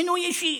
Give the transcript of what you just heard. מינוי אישי,